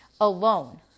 alone